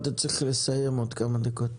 אתה צריך לסיים בעוד כמה דקות.